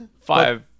Five